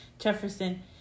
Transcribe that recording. Jefferson